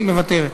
מוותרת,